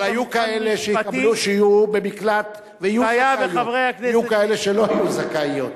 אבל היו כאלה שיהיו במקלט ויהיו זכאיות,